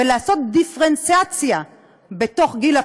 ותיעשה דיפרנציאציה בגיל הפרישה,